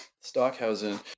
Stockhausen